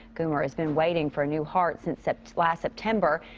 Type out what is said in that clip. coomer has been waiting for a new heart since last september,